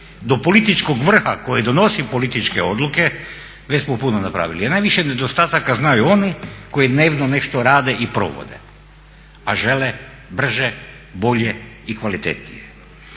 do političkog vrha koji donosi političke odluke već smo puno napravili. A najviše nedostataka znaju oni koji ne znam nešto rade i provode, a žele brže, bolje i kvalitetnije.